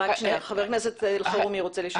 ח"כ אלחרומי בבקשה.